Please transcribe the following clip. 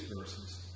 verses